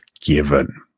given